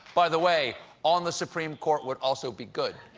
by the way, on the supreme court would also be good.